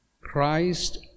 Christ